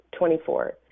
24